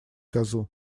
козу